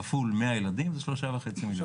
כפול 100 ילדים, זה 3,500,000 שקלים.